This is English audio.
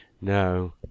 No